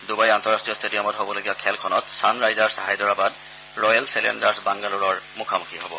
Dubai আন্তঃৰাষ্ট্ৰীয় ষ্টেডিয়ামত হ'বলগীয়া খেলখনত ছানৰাইজাৰ্ছ হায়দৰাবাদ ৰয়েল চেলেঞ্জাৰ্ছ বাংগালোৰৰ মুখামুখী হ'ব